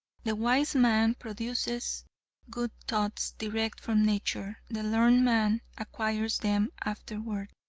the wise man produces good thoughts direct from nature the learned man acquires them afterward.